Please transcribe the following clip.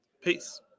peace